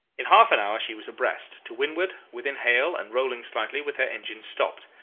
in half an hour she was abreast, to windward, within hail, and rolling slightly, with her engines stopped.